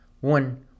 One